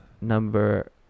number